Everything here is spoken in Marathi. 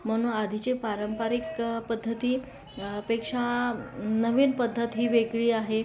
म्हणून आधीचे पारंपरिक पद्धती पेक्षा नवीन पद्धत ही वेगळी आहे